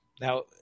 Now